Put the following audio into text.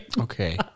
okay